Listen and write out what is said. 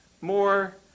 more